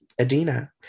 Adina